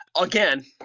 again